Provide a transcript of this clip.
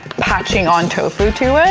patching on tofu to it.